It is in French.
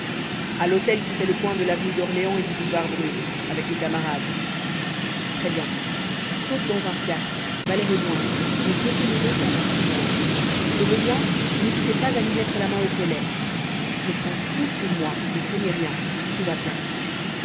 à l'hôtel qui fait le coin de l'avenue d'orléans et du boulevard brune avec le camarade très bien saute dans un fiacre va les rejoindre et retenezle pendant une heure au besoin n'hésitez pas à lui mettre la main au collet je prends tout sur moi ne craignez rien tout va bien